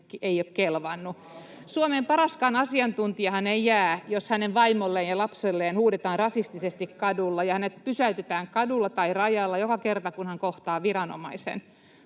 Paraskaan asiantuntijahan ei jää Suomeen, jos hänen vaimolleen ja lapselleen huudetaan rasistisesti kadulla ja hänet pysäytetään kadulla tai rajalla joka kerta, kun hän kohtaa viranomaisen.